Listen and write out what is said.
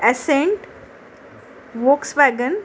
accent Volkswagen